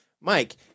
mike